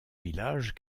villages